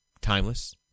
Timeless